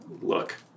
look